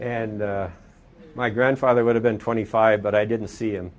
hundred and my grandfather would have been twenty five but i didn't see him